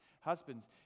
Husbands